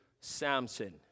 Samson